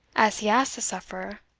as he asked the sufferer,